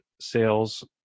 sales